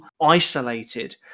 isolated